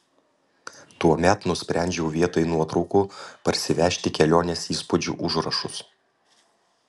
tuomet nusprendžiau vietoj nuotraukų parsivežti kelionės įspūdžių užrašus